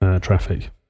traffic